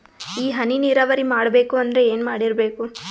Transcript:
ಈ ಹನಿ ನೀರಾವರಿ ಮಾಡಬೇಕು ಅಂದ್ರ ಏನ್ ಮಾಡಿರಬೇಕು?